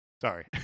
sorry